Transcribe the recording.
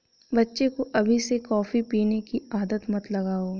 बच्चे को अभी से कॉफी पीने की आदत मत लगाओ